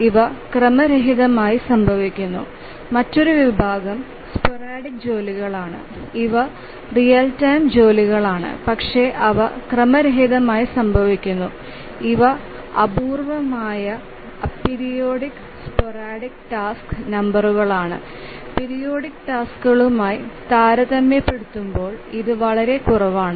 ഇവ ക്രമരഹിതമായി സംഭവിക്കുന്നു മറ്റൊരു വിഭാഗം സ്പോറാഡിക് ജോലികളാണ് ഇവ റിയൽ ടൈം ജോലികളാണ് പക്ഷേ അവ ക്രമരഹിതമായി സംഭവിക്കുന്നു ഇവ അപൂർവമായ അപീരിയോഡിക് സ്പോറാഡിക് ടാസ്ക് നമ്പറുകളാണ് പീരിയോഡിക് ടാസ്ക്കുകളുമായി താരതമ്യപ്പെടുത്തുമ്പോൾ ഇത് വളരെ കുറവാണ്